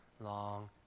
long